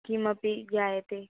किमपि ज्ञायते